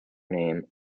name